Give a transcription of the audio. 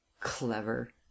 clever